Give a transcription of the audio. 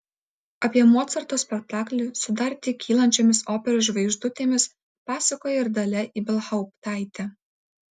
apie mocarto spektaklį su dar tik kylančiomis operos žvaigždutėmis pasakoja ir dalia ibelhauptaitė